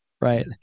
Right